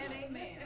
amen